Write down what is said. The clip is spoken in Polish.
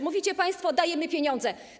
Mówicie państwo: dajemy pieniądze.